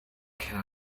can